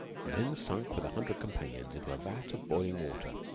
and then sunk with a hundred companions into a vat of boiling water,